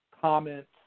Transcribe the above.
comments